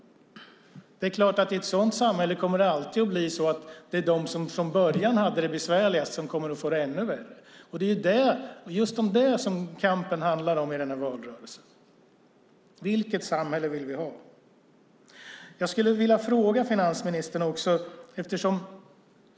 I ett sådant samhälle kommer det alltid att bli så att det är de som från början hade det besvärligast som kommer att få det ännu värre. Det är om just det som kampen handlar i denna valrörelse. Vilket samhälle vill vi ha? Jag vill ställa en fråga till finansministern.